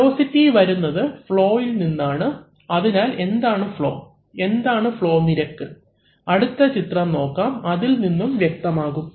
velocity വരുന്നത് flow നിന്നാണ് അതിനാൽ എന്താണ് ഫ്ളോ എന്താണ് ഫ്ളോ നിരക്ക് അടുത്ത ചിത്രം നോക്കാം അതിൽനിന്നും വ്യക്തമാകും